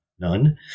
None